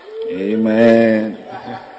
Amen